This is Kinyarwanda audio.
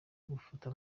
gufata